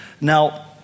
Now